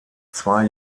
zwei